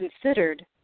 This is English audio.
considered